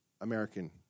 American